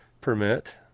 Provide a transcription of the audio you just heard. permit